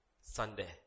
Sunday